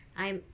I'm